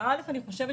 אני חושבת